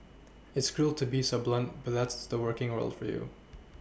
it's cruel to be so blunt but that's the working world for you